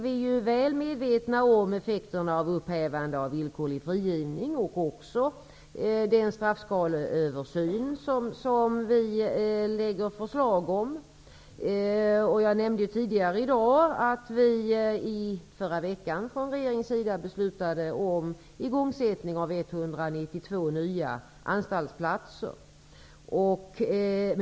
Vi är väl medvetna om effekterna av upphävandet av den villkorliga frigivningen och av den straffskaleöversyn som vi lägger fram förslag om. Jag nämnde tidigare i dag att regeringen i förra veckan beslutade om inrättandet av 192 nya anstaltsplatser.